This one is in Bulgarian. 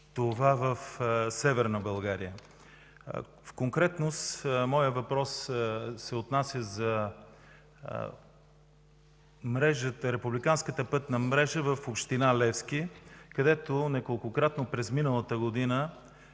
това в Северна България. Конкретно моят въпрос се отнася за републиканската пътна мрежа в община Левски, където неколкократно през миналата година